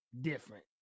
different